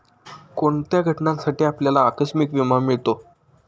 कोणत्या घटनांसाठी आपल्याला आकस्मिक विमा मिळतो?